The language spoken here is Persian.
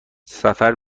سفر